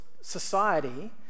society